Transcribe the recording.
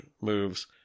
moves